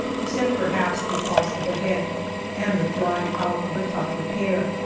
except, perhaps, a toss of the head and the flying out of a tuft of hair.